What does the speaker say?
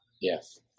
Yes